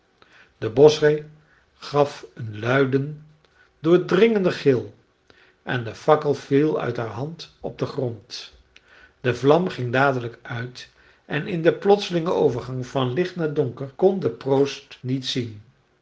de boschree gaf een luiden doordringenden gil en de fakkel viel uit haar hand op den grond de vlam ging dadelijk uit en in den plotselingen overgang van licht naar donker kon de proost niets zien